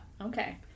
Okay